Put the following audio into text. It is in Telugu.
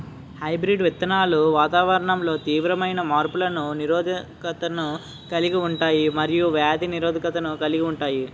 హైబ్రిడ్ విత్తనాలు వాతావరణంలో తీవ్రమైన మార్పులకు నిరోధకతను కలిగి ఉంటాయి మరియు వ్యాధి నిరోధకతను కలిగి ఉంటాయి